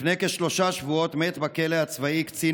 לפני כשלושה שבועות מת בכלא הצבאי קצין